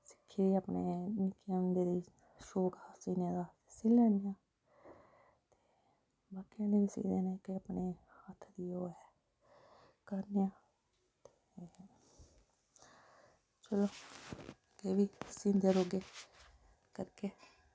सिक्खे अपने निक्के होंदे ठीक ऐ अपने शौंक हा सीने दा सी लैन्ने आं ते बाकियें गी बी सी देने जेह्ड़ा अपने हत्थ दी ओह् ऐ करने आं चलो एह् बी सींदे रौह्गे करगे